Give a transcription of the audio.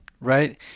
right